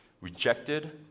rejected